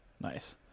Nice